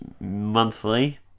Monthly